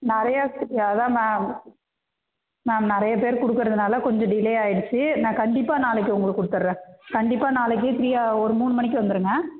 நிறையா அதான் ma'am ma'am நிறைய பேர் கொடுக்கறதுனால கொஞ்சம் டிலே ஆயிடுச்சு நான் கண்டிப்பாக நாளைக்கு உங்களுக்கு கொடுத்துட்றேன் கண்டிப்பாக நாளைக்கு த்ரீ ஒரு மூணு மணிக்கு வந்துருங்க